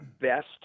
best